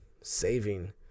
saving